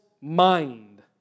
mind